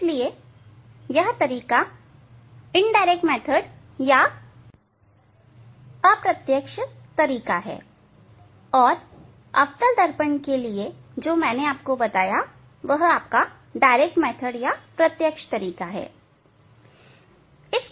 इसलिए यह तरीका अप्रत्यक्ष तरीका है और अवतल दर्पण के लिए जो हमने बताया वह प्रत्यक्ष तरीका है